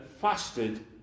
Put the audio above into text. fasted